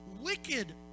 wicked